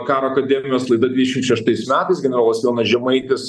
karo akademijos laida dvidešim šeštais metais generolas jonas žemaitis